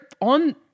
on